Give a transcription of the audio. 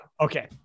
Okay